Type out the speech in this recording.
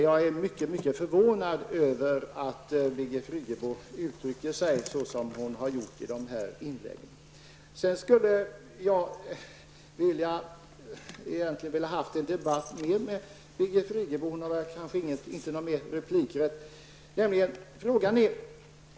Jag är mycket mycket förvånad över att Birgit Friggebo uttrycker sig så som hon har gjort i de här inläggen. Sedan skulle jag egentligen vilja debattera mera med Birgit Friggebo, men hon har kanske inte mer replikrätt.